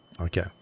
okay